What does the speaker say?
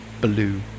blue